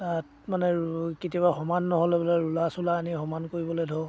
তাত মানে কেতিয়াবা সমান নহ'লে বোলে ৰুলাৰ চোলাৰ আনি সমান কৰিবলৈ ধৰ